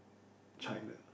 China